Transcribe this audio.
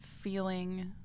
feeling